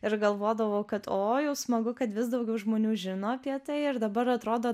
ir galvodavau kad o jau smagu kad vis daugiau žmonių žino apie tai ir dabar atrodo